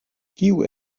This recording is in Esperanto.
kiu